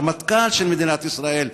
הרמטכ"ל של מדינת ישראל,